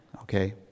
Okay